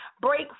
Break